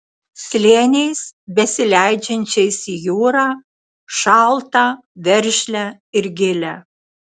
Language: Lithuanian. slėniais besileidžiančiais į jūrą šaltą veržlią ir gilią